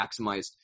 maximize